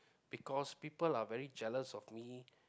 because people are very jealous of me